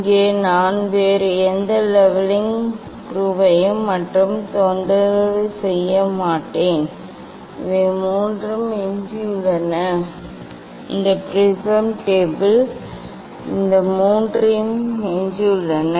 இங்கே நான் வேறு எந்த லெவலிங் ஸ்க்ரூவையும் மட்டும் தொந்தரவு செய்ய மாட்டேன் இவை மூன்றும் எஞ்சியுள்ளன இந்த முப்படை கண்ணாடி டேபிள்இந்த மூன்று எஞ்சியுள்ளன